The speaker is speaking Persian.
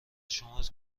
شماست